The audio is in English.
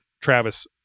travis